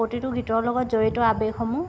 প্ৰতিটো গীতৰ লগত জড়িত আৱেগসমূহ